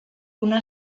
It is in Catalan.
una